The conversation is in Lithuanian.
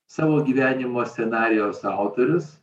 savo gyvenimo scenarijaus autorius